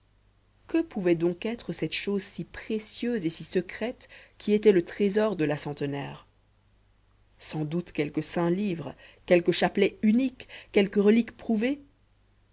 que pouvait donc être cette chose si précieuse et si secrète qui était le trésor de la centenaire sans doute quelque saint livre quelque chapelet unique quelque relique prouvée